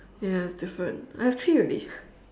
ya it's different I have three already